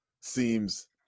seems